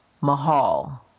Mahal